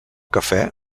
cafè